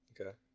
Okay